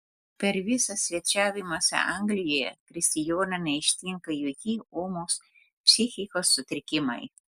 per visą svečiavimąsi anglijoje kristijono neištinka jokie ūmūs psichikos sutrikimai